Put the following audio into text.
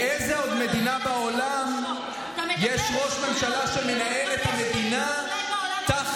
באיזו עוד מדינה בעולם יש ראש ממשלה שמנהל את המדינה תחת,